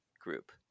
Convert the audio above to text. group